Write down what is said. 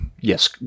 yes